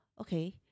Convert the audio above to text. Okay